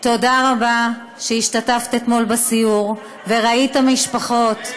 תודה רבה על כך שהשתתפת אתמול בסיור וראית את המשפחות,